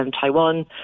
Taiwan